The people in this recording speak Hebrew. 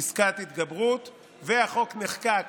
פסקת התגברות והחוק נחקק